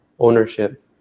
Ownership